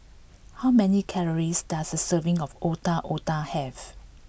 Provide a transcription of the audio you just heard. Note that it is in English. how many calories does a serving of Otak Otak have